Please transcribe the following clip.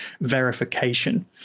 verification